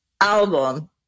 album